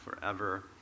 forever